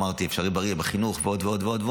דיברתי על אפשריבריא בחינוך ועוד ועוד.